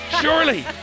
surely